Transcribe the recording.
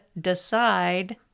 decide